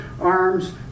arms